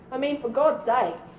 i mean for god's sake,